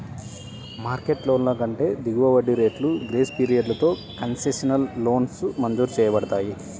market లోన్ల కంటే దిగువ వడ్డీ రేట్లు, గ్రేస్ పీరియడ్లతో కన్సెషనల్ లోన్లు మంజూరు చేయబడతాయి